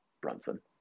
Brunson